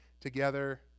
together